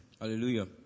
Hallelujah